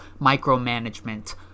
micromanagement